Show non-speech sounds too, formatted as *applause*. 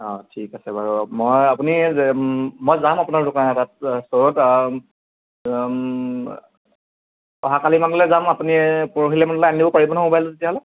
অঁ ঠিক আছে বাৰু মই আপুনি মই *unintelligible* যাম আপোনাৰ দোকানৰ তাত *unintelligible* অহাকালিমানলৈ যাম আপুনি পৰহিমানলৈ আনি দিব পাৰিবনে মোবাইলটো তেতিয়াহ'লে